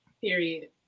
Period